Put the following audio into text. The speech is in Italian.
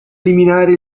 eliminare